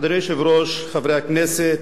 אדוני היושב-ראש, חברי הכנסת,